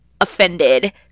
Offended